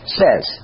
says